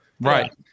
right